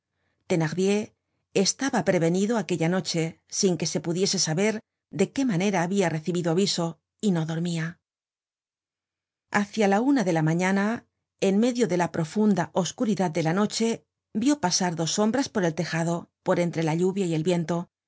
thenardier estaba prevenido aquella noche sin que se pudiese saber de qué manera habia recibido aviso y no dormía hácia la una de la mañana en medio de la profunda oscuridad de la noche vió pasar dos sombras por el tejado por entre la lluvia y el viento